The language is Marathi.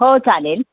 हो चालेल